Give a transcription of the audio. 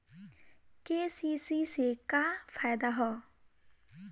KCC से का फायदा ह?